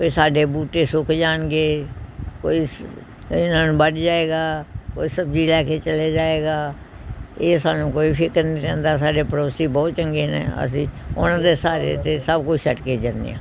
ਵੀ ਸਾਡੇ ਬੂਟੇ ਸੁੱਕ ਜਾਣਗੇ ਕੋਈ ਇਸ ਇਹਨਾਂ ਨੂੰ ਵੱਢ ਜਾਵੇਗਾ ਕੋਈ ਸਬਜ਼ੀ ਲੈ ਕੇ ਚਲੇ ਜਾਵੇਗਾ ਇਹ ਸਾਨੂੰ ਕੋਈ ਫਿਕਰ ਨਹੀਂ ਰਹਿੰਦਾ ਸਾਡੇ ਪੜੋਸੀ ਬਹੁਤ ਚੰਗੇ ਨੇ ਅਸੀਂ ਉਹਨਾਂ ਦੇ ਸਹਾਰੇ 'ਤੇ ਸਭ ਕੁਛ ਛੱਡ ਕੇ ਜਾਂਦੇ ਹਾਂ